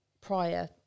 prior